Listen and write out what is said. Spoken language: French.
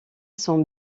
sont